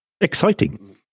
Exciting